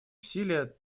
усилия